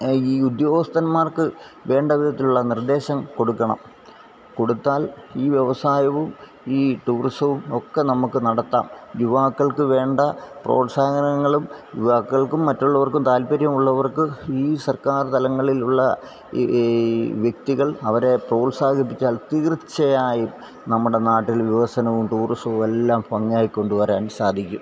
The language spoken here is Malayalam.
ഈ ഉദ്യോഗസ്ഥന്മാര്ക്ക് വേണ്ടവിധത്തിലുള്ള നിര്ദ്ദേശം കൊടുക്കണം കൊടുത്താല് ഈ വ്യവസായവും ഈ ടൂറിസവും ഒക്കെ നമ്മള്ക്ക് നടത്താം യുവാക്കള്ക്ക് വേണ്ട പ്രോത്സാഹനങ്ങളും യുവാക്കള്ക്കും മറ്റുള്ളവര്ക്കും താല്പര്യമുള്ളവര്ക്ക് ഈ സര്ക്കാര് തലങ്ങളിലുള്ള വ്യക്തികള് അവരെ പ്രോത്സാഹിപ്പിച്ചാല് തീര്ച്ചയായും നമ്മുടെ നാട്ടില് വികസനവും ടൂറിസവും എല്ലാം ഭംഗിയായി കൊണ്ടുവരാന് സാധിക്കും